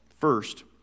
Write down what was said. first